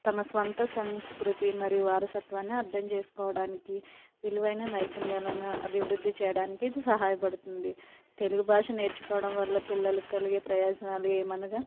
తమ స్వంత సంస్కృతి మరియు వారసత్వాన్ని అర్థం చేసుకోవడానికి విలువైన నైపుణ్యాలను అభివృద్ధి చేయడానికి ఇది సహాయపడుతుంది తెలుగు భాష నేర్చుకోవడం వల్ల పిల్లలకలిగే ప్రయోజనాలు ఏమనగా